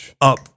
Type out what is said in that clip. up